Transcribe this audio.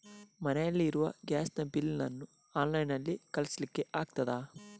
ಮನೆಯಲ್ಲಿ ಇರುವ ಗ್ಯಾಸ್ ನ ಬಿಲ್ ನ್ನು ಆನ್ಲೈನ್ ನಲ್ಲಿ ಕಳಿಸ್ಲಿಕ್ಕೆ ಆಗ್ತದಾ?